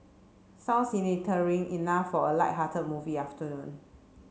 sounds enough for a lighthearted movie afternoon